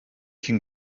cyn